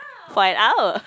find out